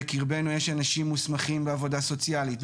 בקרבנו יש אנשים מוסמכים בעבודה סוציאלית,